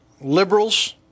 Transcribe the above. liberals